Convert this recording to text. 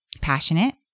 passionate